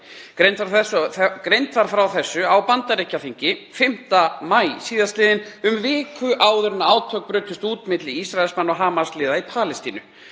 Greint var frá þessu á Bandaríkjaþingi 5. maí síðastliðinn, um viku áður en átök brutust út milli Ísraelsmanna og Hamas-liða í Palestínu,